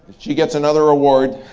she gets another award.